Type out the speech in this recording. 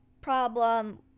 problem